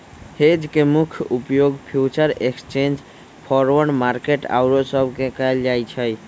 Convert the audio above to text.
hedge के मुख्य उपयोग फ्यूचर एक्सचेंज, फॉरवर्ड मार्केट आउरो सब में कएल जाइ छइ